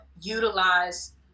utilize